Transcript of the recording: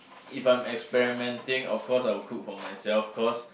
if I'm experimenting of course I would cook for myself cause